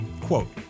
Quote